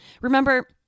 Remember